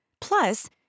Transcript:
Plus